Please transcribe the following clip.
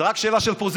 זו רק שאלה של פוזיציה.